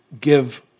give